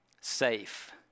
Safe